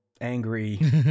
angry